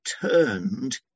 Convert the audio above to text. turned